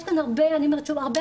יש כאן הרבה פעילות,